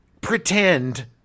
pretend